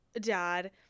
dad